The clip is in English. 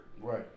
Right